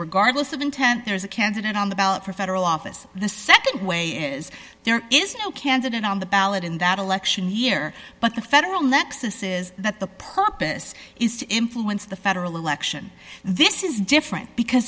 regardless of intent there is a candidate on the ballot for federal office the nd way is there is no candidate on the ballot in that election year but the federal nexus is that the purpose is to influence the federal election this is different because